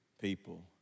people